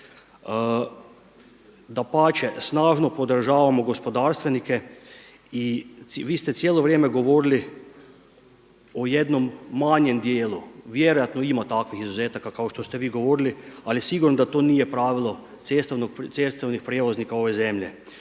Dapače, snažno podržavamo gospodarstvenike i vi ste cijelo vrijeme govorili o jednom manjem dijelu. Vjerojatno ima takvih izuzetaka kao što ste vi govorili, ali sigurno da to nije pravilo cestovnih prijevoznika ove zemlje.